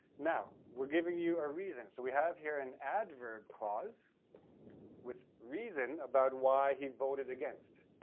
now, we're giving you a reason. so we have here an adverb clause with reason about why he voted against.